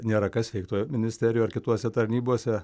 nėra kas veikt toj ministerijoj ar kitose tarnybose